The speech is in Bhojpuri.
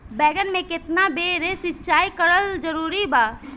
बैगन में केतना बेर सिचाई करल जरूरी बा?